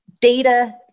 data